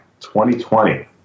2020